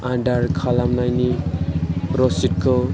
आदार खालामनायनि रसिदखौ